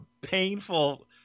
painful –